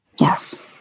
Yes